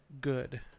good